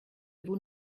vous